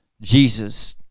jesus